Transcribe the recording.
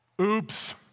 Oops